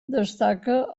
destaca